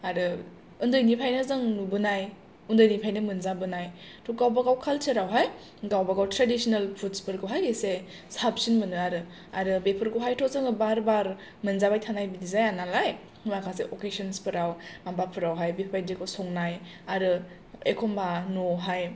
आरो उन्दैनिफ्रायनो जों नुबोनाय उन्दैनिफ्रायनो मोनजाबोनाय थ' गावबा गाव काल्चारावहाय गावबा गाव ट्रेडिसनेल फुडसफोरखौहाय ऐसे साबसिन मोनो आरो आरो बेफोरखौहायथ' जों बार बार मोनजाबाय थानाय जाया नालाय माखासे अकेस्नसफोराव माबाफोरावहाय बेबायदिखौ संनाय आरो एखनबा न'वावहाय